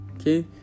Okay